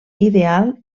ideal